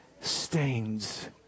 stains